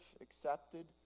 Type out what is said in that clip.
accepted